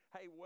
Hey